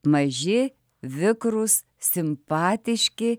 maži vikrūs simpatiški